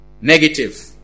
Negative